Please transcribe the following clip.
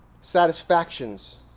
satisfactions